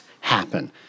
happen